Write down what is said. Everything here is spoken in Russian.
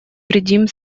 вредим